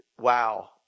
wow